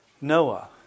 Noah